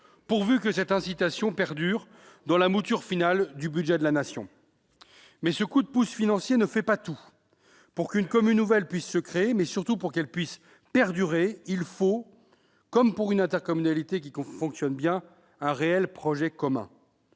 que cette incitation perdure dans la mouture finale du budget de la Nation ! Mais ce coup de pouce financier ne fait pas tout. Pour qu'une commune nouvelle puisse se créer, et surtout pour qu'elle puisse perdurer, il faut, comme pour une intercommunalité qui fonctionne bien, un réel projet commun,